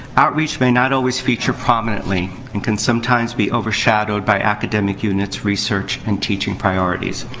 outreach may not always feature prominently and can sometimes be overshadowed by academic units' research and teaching priorities.